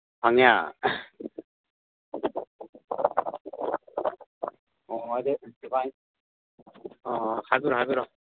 ꯐꯪꯉꯦ ꯑꯣ ꯑꯣ ꯍꯥꯏꯕꯤꯔꯛꯑꯣ ꯍꯥꯏꯕꯤꯔꯛꯑꯣ